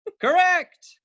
Correct